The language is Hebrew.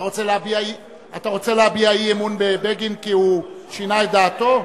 אתה רוצה להביע אי-אמון בבגין כי הוא שינה את דעתו?